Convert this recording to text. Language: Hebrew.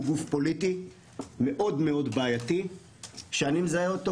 הוא גוף פוליטי מאוד מאוד בעייתי שאני מזהה אותו